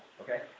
Okay